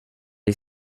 est